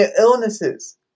illnesses